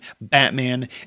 Batman